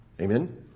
Amen